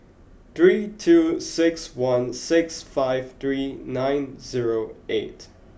three two six one six five three nine zero eight